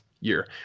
year